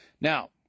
Now